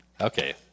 Okay